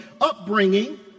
upbringing